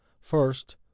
first